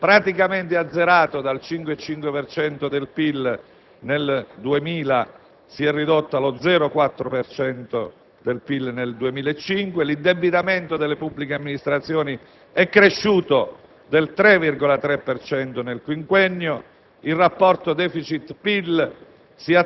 L'avanzo primario è stato praticamente azzerato: dal 5,5 per cento del PIL nel 2000, si è ridotto allo 0,4 per cento del PIL nel 2005; l'indebitamento delle pubbliche amministrazioni è cresciuto del 3,3 per cento nel quinquennio;